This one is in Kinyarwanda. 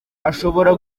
ashobora